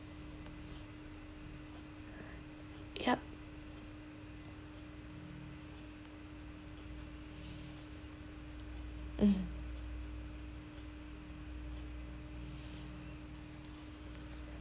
yup mm